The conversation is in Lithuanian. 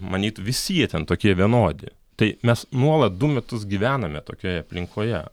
manytų visi jie ten tokie vienodi tai mes nuolat du metus gyvename tokioje aplinkoje